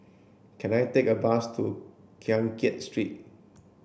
can I take a bus to Keng Kiat Street